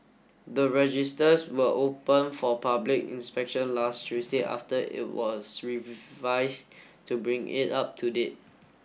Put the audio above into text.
the registers were open for public inspection last Tuesday after it was revised to bring it up to date